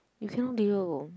you cannot deal